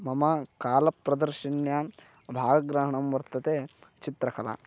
मम कालप्रदर्शिन्यां भागग्रहणं वर्तते चित्रकला